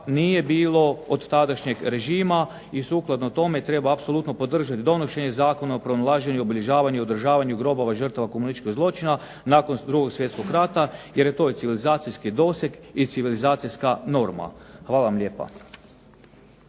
nije bilo od tadašnjeg režima i stoga apsolutno treba podržati donošenje Zakona o pronalaženju, obilježavanju i održavanju grobova žrtava komunističkog zločina nakon 2. Svjetskog rata jer je to civilizacijski doseg i civilizacijska norma. Hvala lijepa.